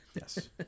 Yes